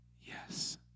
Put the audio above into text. yes